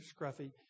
scruffy